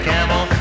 Camel